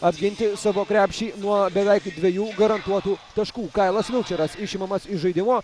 apginti savo krepšį nuo beveik dviejų garantuotų taškų kailas vilčeras išimamas iš žaidimo